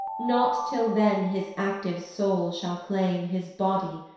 not till then his active soul shall claim his body,